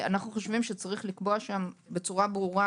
אנו חושבים שיש לקבוע שם בצורה ברורה